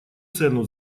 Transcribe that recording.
цену